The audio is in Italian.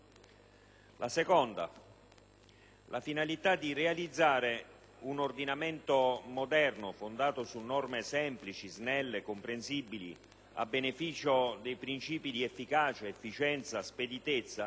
fatto che la finalità di realizzare un ordinamento moderno, fondato su norme semplici, snelle, comprensibili, a beneficio dei princìpi di efficacia, efficienza, speditezza,